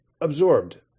absorbed